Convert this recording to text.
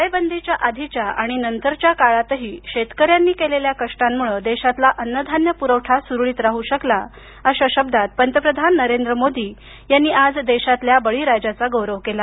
टाळेबंदीआधीच्या आणि नंतरच्या काळातही शेतकऱ्यांनी केलेल्या कष्टामुळे देशातला अन्नधान्य पुरवठा सुरळीत राहू शकला अशा शब्दात पंतप्रधान नरेंद्र मोदी यांनी आज देशातल्या बळीराजाचा गौरव केला